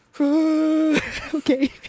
okay